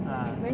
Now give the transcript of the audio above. uh